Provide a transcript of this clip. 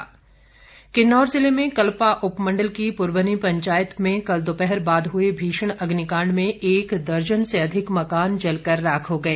आग किन्नौर जिले में कल्पा उपमंडल की पुरबनी पंचायत में कल दोपहर बाद हुए भीषण अग्निकांड में एक दर्जन से अधिक मकान जलकर राख हो गए